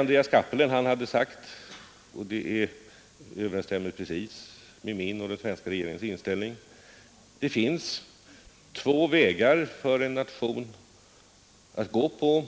Andreas Cappelen hade sagt — och det överensstämmer precis med min och den svenska regeringens inställning — att det finns två vägar för en nation att följa